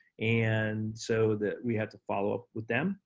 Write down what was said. and so that, we had to follow up with them.